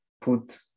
put